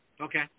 Okay